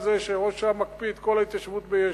על זה שראש הממשלה מקפיא את כל ההתיישבות ביש"ע?